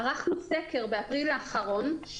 באפריל האחרון ערכנו סקר,